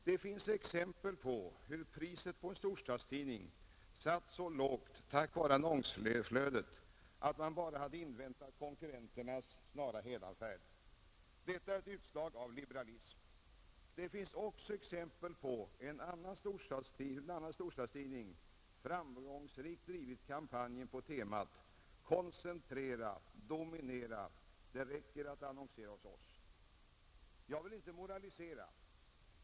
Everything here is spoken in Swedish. Det finns exempel på hur priset på en storstadstidning satts så lågt — tack vare annonsflödet — att man bara hade att invänta konkurrenternas snara hädanfärd. Det finns också exempel på hur en annan storstadstidning framgångsrikt drivit kampanjer på temat ”koncentrera — dominera — det räcker att annonsera hos oss”. Jag vill inte moralisera.